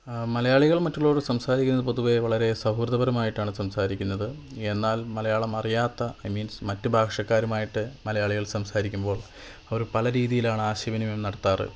മലയാളികള് മറ്റുള്ളവരോട് സംസാരിക്കുന്നത് പൊതുവെ വളരെ സൗഹൃദപരമായിട്ടാണ് സംസാരിക്കുന്നത് എന്നാല് മലയാളം അറിയാത്ത ഐ മീന്സ് മറ്റു ഭാഷക്കാരുമായിട്ട് മലയാളികള് സംസാരിക്കുമ്പോള് അവര് പല രീതിയിലാണ് ആശയവിനിമയം നടത്താറ്